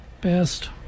Best